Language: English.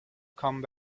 come